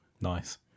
Nice